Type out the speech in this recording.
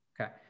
Okay